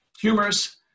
humorous